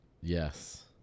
Yes